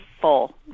full